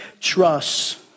trust